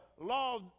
law